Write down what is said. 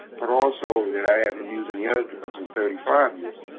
but also that i haven't used any other drugs in thirty five years.